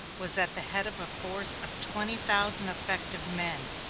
was at the head of a force of twenty thousand effective men.